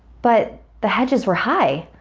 but the hedges were high,